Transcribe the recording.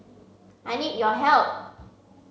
I need your help